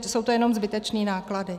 Jsou to jenom zbytečné náklady.